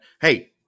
hey